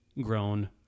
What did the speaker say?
grown